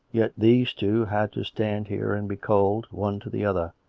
yet these two had to stand here and be cold, one to the other.